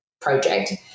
project